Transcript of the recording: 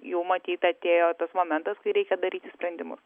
jau matyt atėjo tas momentas kai reikia daryti sprendimus